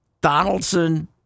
Donaldson